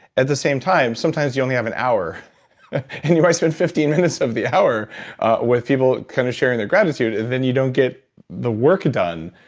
at the same time sometimes you only have an hour and you've already spent fifteen minutes of the hour with people kind of sharing their gratitude, and then you don't get the work done.